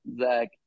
Zach